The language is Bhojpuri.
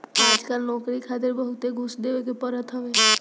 आजकल नोकरी खातिर बहुते घूस देवे के पड़त हवे